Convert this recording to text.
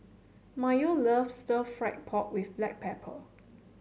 Mayo loves Stir Fried Pork with Black Pepper